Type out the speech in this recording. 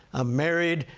i'm married,